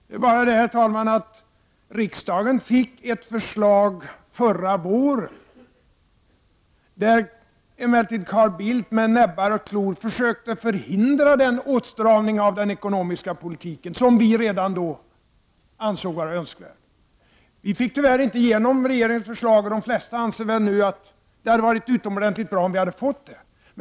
Det är bara det, herr talman, att riksdagen fick ett förslag förra våren, då Carl Bildt emellertid med näbbar och klor försökte förhindra den åtstramning av den ekonomiska politiken som vi redan då ansåg vara önskvärd. Vi fick tyvärr inte igenom regeringens förslag, och de flesta anser väl nu att det hade varit utomordentligt bra om vi hade fått det.